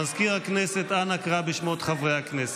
מזכיר הכנסת, אנא קרא בשמות חברי הכנסת,